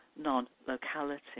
non-locality